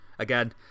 Again